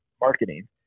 marketing